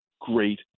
great